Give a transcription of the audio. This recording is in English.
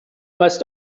must